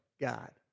God